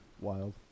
Wild